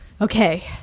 okay